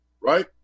Right